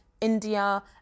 India